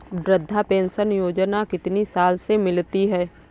वृद्धा पेंशन योजना कितनी साल से मिलती है?